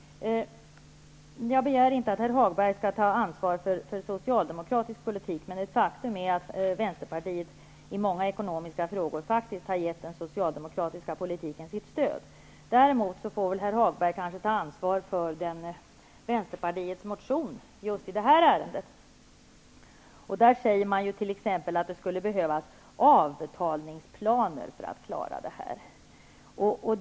Jag begär inte att herr Hagberg skall ta ansvar för socialdemokratisk politik. Men ett faktum är att Vänsterpartiet i många ekonomiska frågor har gett den socialdemokratiska politiken sitt stöd. Däremot får herr Hagberg kanske ta ansvar för Vänsterpartiets motion just i detta ärende. Där sägs det t.ex. att det skulle behövas avbetalningsplaner för att människor skall klara detta.